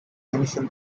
animation